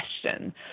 question